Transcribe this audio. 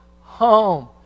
home